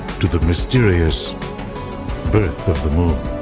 to the mysterious birth of the moon.